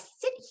sit